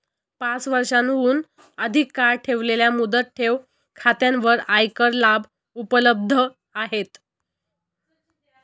पाच वर्षांहून अधिक काळ ठेवलेल्या मुदत ठेव खात्यांवर आयकर लाभ उपलब्ध आहेत